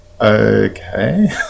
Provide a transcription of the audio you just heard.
okay